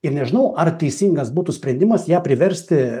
ir nežinau ar teisingas būtų sprendimas ją priversti